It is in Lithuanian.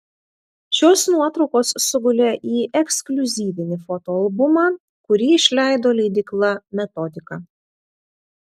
šios nuotraukos sugulė į ekskliuzyvinį fotoalbumą kurį išleido leidykla metodika